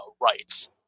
rights